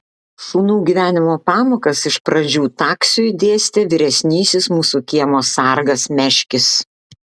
šunų gyvenimo pamokas iš pradžių taksiui dėstė vyresnysis mūsų kiemo sargas meškis